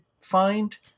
find